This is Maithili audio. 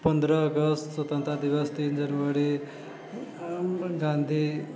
पन्द्रह अगस्त स्वतंत्रता दिवस तीन जनवरी गाँधी